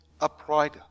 upright